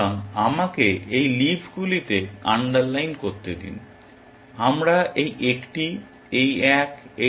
সুতরাং আমাকে এখানে এই লিফগুলিকে আন্ডারলাইন করতে দিন আমরা এই একটি এই এক এই এক এবং এই একটি দেখছি